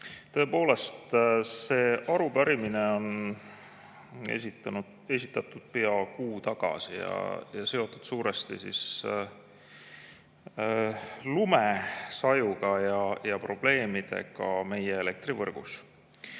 Tõepoolest, see arupärimine esitati pea kuu tagasi ja see on seotud suuresti lumesajuga ja probleemidega meie elektrivõrgus.